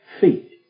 feet